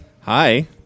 Hi